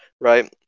right